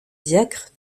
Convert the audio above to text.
diacre